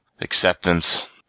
Acceptance